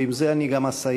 ועם זה אני גם אסיים,